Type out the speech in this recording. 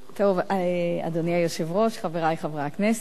אדוני היושב-ראש, חברי חברי הכנסת,